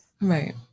right